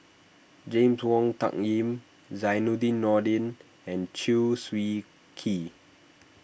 James Wong Tuck Yim Zainudin Nordin and Chew Swee Kee